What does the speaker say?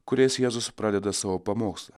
kuriais jėzus pradeda savo pamokslą